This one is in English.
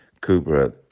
Cooper